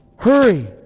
Hurry